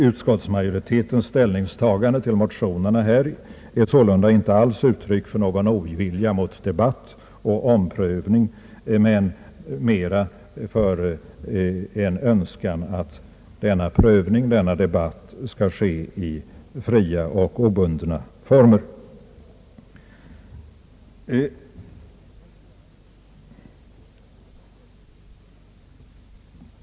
Utskottsmajoritetens ställningstagande till motionerna i denna fråga är således inte uttryck för någon ovilja mot debatt och omprövning utan snarare för en önskan att denna prövning och debatt skall ske i fria och obundna former.